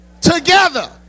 together